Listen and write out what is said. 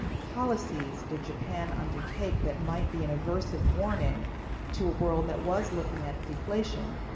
policies did japan undertake that might be an aversive warning to a world that was looking at deflation,